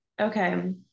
Okay